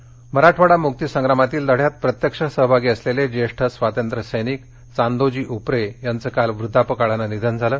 निधन मराठवाडा मुक्ती संग्रामातील लढ्यात प्रत्यक्ष सहभागी असलेले ज्येष्ठ स्वातंत्र्यसैनिक चांदोजी उपरे यांचं काल वृद्धापकाळानं निधन झालं